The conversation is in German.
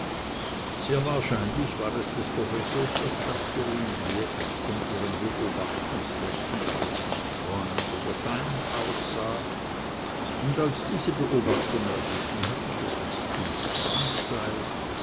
sehr wahrscheinlich war es des professors wirtschafterin die jetzt von ihrem beobachtungsposten aus nach freund oder feind aussah und als diese beobachtung ergeben hatte daß es gut freund sei